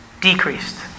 decreased